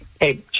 Hey